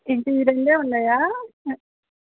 ఏంటి ఈ రెండే ఉన్నాయా